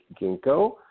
Ginkgo